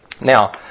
Now